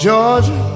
Georgia